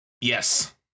Yes